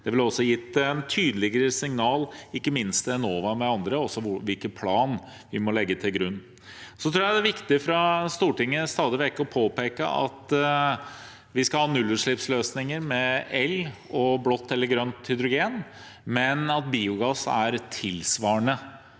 Det ville også gitt et tydeligere signal, ikke minst til Enova og andre, om hvilken plan vi må legge til grunn. Så tror jeg det er viktig fra Stortinget stadig vekk å påpeke at vi skal ha nullutslippsløsninger med el og blått eller grønt hydrogen, men at biogass er tilsvarende